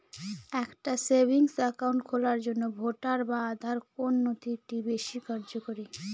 একটা savings account খোলার জন্য ভোটার বা আধার কোন নথিটি বেশী কার্যকরী?